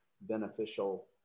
beneficial